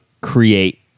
create